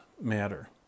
matter